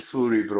Suri